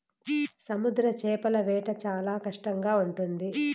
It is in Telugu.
సముద్ర చేపల వేట చాలా కష్టంగా ఉంటుంది